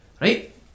Right